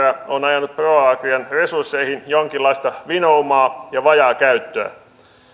on ajanut proagrian resursseihin jonkinlaista vinoumaa ja vajaakäyttöä